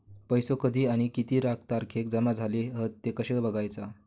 पैसो कधी आणि किती तारखेक जमा झाले हत ते कशे बगायचा?